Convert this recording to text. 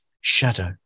shadow